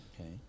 Okay